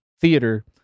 theater